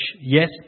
yes